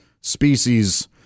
species